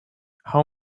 how